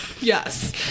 Yes